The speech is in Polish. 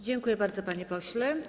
Dziękuję bardzo, panie pośle.